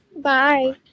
Bye